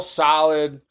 solid